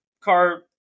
car